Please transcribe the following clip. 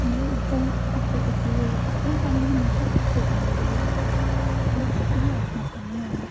मतलब ड्राइं आपूं कीती दी होग अपना कम्म म्हेशां आपूं करना चाहिदा बस इ'यै आखनी चाह्न्नी आं में